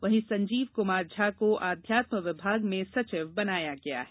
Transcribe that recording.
वहीं संजीव कुमार झा आध्यात्म विभाग में सचिव बनाया गया है